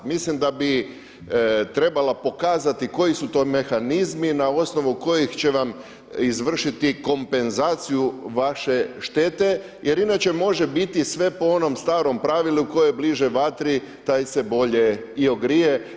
Mislim da bi trebala pokazati koji su to mehanizmi na osnovu kojih će vam izvršiti kompenzaciju vaše štete jer inače može biti sve po onom starom pravilu ko je bliže vatri taj se bolje i ogrije.